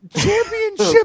championship